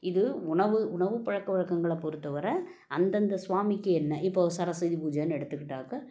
இது உணவு உணவு பழக்க வழக்கங்கள பொறுத்தவரை அந்தந்த ஸ்வாமிக்கு என்ன இப்போ சரஸ்வதி பூஜைன்னு எடுத்துக்கிட்டாக்க